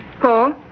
Paul